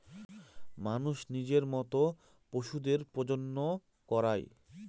মানুষ নিজের মত পশুদের প্রজনন করায়